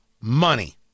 money